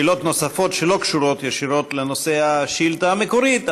שאלות נוספות שלא קשורות ישירות לנושא השאילתה המקורית,